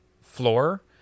floor